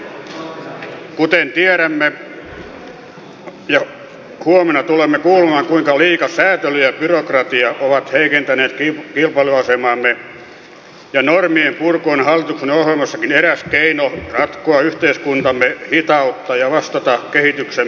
kuten tiedämme ja huomenna tulemme kuulemaan liika säätely ja byrokratia ovat heikentäneet kilpailuasemaamme ja normien purku on hallituksen ohjelmassakin eräs keino ratkoa yhteiskuntamme hitautta ja vastata kehityksemme kulkuun nopeammin